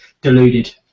deluded